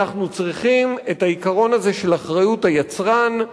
אנחנו צריכים את העיקרון הזה, של אחריות היצרן,